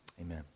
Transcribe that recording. Amen